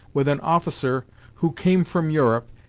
with an officer who came from europe,